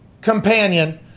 companion